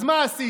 אז מה עשית?